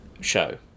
show